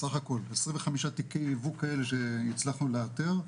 סה"כ 25 תיקי ייבוא כאלה שהצלחנו לאתר,